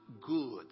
good